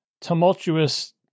tumultuous